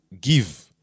give